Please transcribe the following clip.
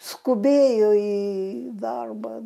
skubėjo į darbą